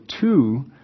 two